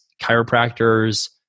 chiropractors